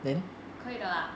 可以的 lah